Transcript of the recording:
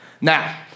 now